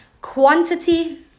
quantity